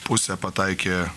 pusę pataikė